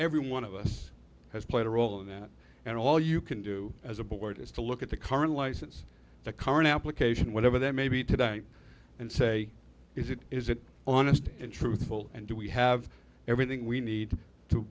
every one of us has played a role in that and all you can do as a board is to look at the current license the current application whatever that may be today and say is it is it on a stick and truthful and do we have everything we need to